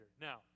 Now